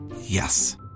Yes